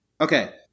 Okay